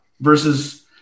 versus